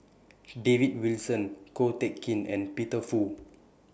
David Wilson Ko Teck Kin and Peter Fu